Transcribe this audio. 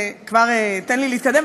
תן לי להתקדם,